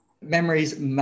memories